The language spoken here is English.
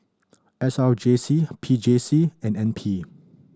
S R J C P J C and N P